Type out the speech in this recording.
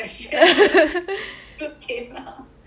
so the truth came out